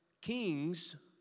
kings